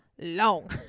long